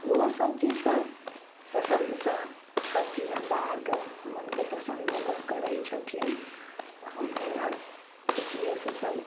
ओहो सभ चीजसँ पसन्दसँ सभचीज हमरा आरके मनके पसन्द जोकर करय छथिन हमहुँ आर खुशियेसँ सभ